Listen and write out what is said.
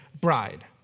bride